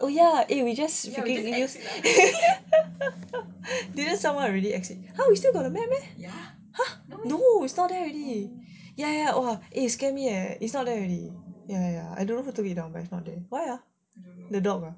ya we just use it ah !huh! we still got the map meh no is not there already eh scare me eh it's not there already ya ya ya I don't know who took it down but it's not there why ah the dog ah